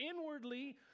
inwardly